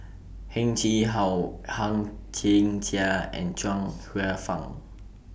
Heng Chee How Hang Chang Chieh and Chuang Hsueh Fang